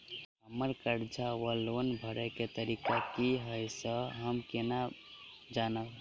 हम्मर कर्जा वा लोन भरय केँ तारीख की हय सँ हम केना जानब?